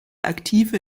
aktive